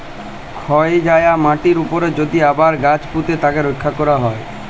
ক্ষয় যায়া মাটির উপরে যদি আবার গাছ পুঁতে তাকে রক্ষা ক্যরা হ্যয়